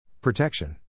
Protection